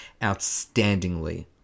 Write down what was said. outstandingly